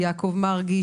יעקב מרגי,